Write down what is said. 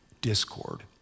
discord